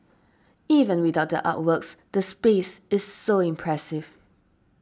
even without the artworks the space is so impressive